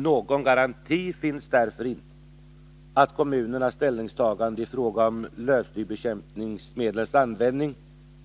Någon garanti finns därför inte för att kommunens ställningstagande i fråga om lövslybekämpningsmedlens användning